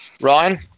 Ryan